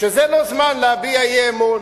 שזה לא זמן להביע אי-אמון.